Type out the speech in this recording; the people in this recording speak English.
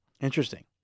Interesting